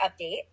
update